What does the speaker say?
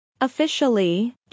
Officially